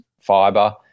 fiber